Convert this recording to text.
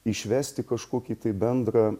išvesti kažkokį tai bendrą